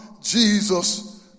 Jesus